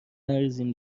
نریزیم